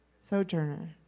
sojourner